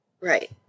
Right